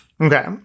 Okay